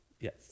Yes